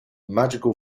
magical